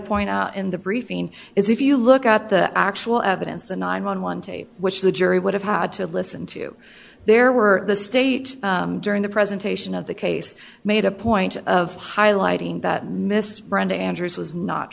point out in the briefing is if you look at the actual evidence the nine hundred and eleven tape which the jury would have had to listen to there were the state during the presentation of the case made a point of highlighting that miss brenda andrews was not